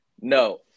no